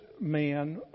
man